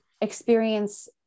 experience